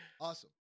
Awesome